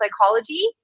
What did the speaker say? psychology